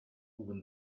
when